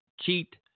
cheat